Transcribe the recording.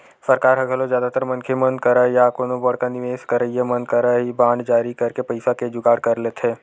सरकार ह घलो जादातर मनखे मन करा या कोनो बड़का निवेस करइया मन करा ही बांड जारी करके पइसा के जुगाड़ कर लेथे